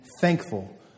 thankful